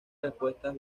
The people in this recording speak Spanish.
respuestas